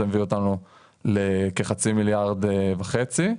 זה מביא אותנו לכחצי מיליארד וחצי,